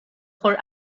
for